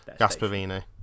Gasparini